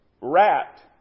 rat